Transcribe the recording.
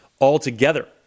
altogether